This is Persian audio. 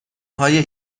های